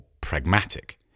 pragmatic